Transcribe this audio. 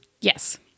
Yes